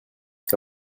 que